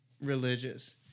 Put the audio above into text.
religious